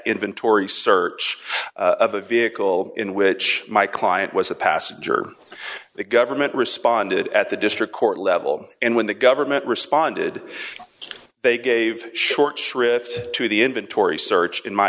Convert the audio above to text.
inventory search of a vehicle in which my client was a passenger the government responded at the district court level and when the government responded they gave short shrift to the inventory search in my